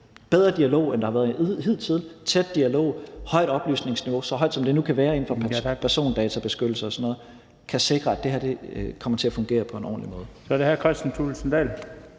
bedre dialog, end der har været hidtil, en tæt dialog, et højt oplysningsniveau – så højt, som det nu kan være inden for persondatabeskyttelsen og sådan noget – kan sikre, at det her kommer til at fungere på en ordentlig måde. Kl. 14:32 Den fg.